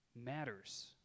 matters